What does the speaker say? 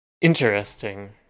Interesting